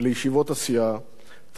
תמיד חד מחשבה,